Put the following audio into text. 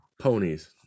ponies